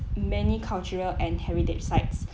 many cultural and heritage sites